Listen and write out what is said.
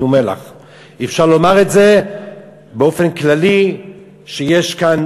אפשר לומר באופן כללי שיש כאן